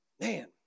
Man